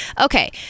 Okay